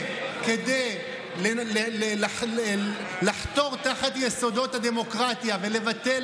כדי לחתור תחת יסודות הדמוקרטיה ולבטל